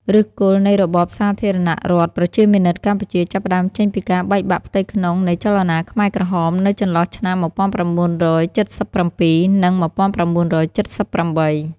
ឫសគល់នៃរបបសាធារណរដ្ឋប្រជាមានិតកម្ពុជា ចាប់ផ្តើមចេញពីការបែកបាក់ផ្ទៃក្នុងនៃចលនាខ្មែរក្រហមនៅចន្លោះឆ្នាំ ១៩៧៧ និង ១៩៧៨។